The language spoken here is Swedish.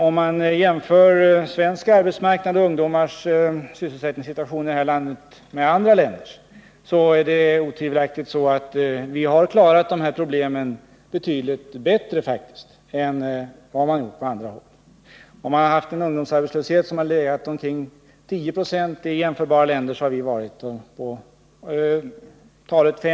Om man jämför svensk arbetsmarknad och ungdomars sysselsättningssituation i detta land med andra länder, så finner man att vi otvivelaktigt har klarat dessa problem betydligt bättre än man har gjort på andra håll. När man haft en ungdomsarbetslöshet på ca 1096 i jämförbara länder har vi haft ca 596.